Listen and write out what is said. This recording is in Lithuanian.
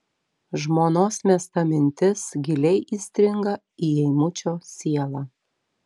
žmonos mesta mintis giliai įstringa į eimučio sielą